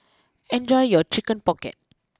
enjoy your Chicken pocket